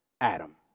Adam